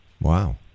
Wow